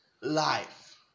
life